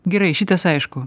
gerai šitas aišku